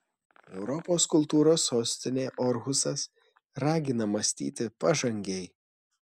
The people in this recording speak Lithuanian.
europos kultūros sostinė orhusas ragina mąstyti pažangiai